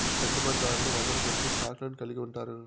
పెట్టుబడిదారులు వందలకొద్దీ స్టాక్ లను కలిగి ఉంటారు